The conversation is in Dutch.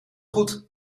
goed